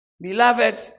Beloved